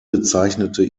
bezeichnete